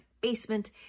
basement